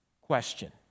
question